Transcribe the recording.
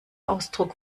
ausdruck